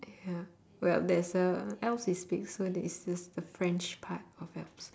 ya well there's a alps is big so there's this the french part of alps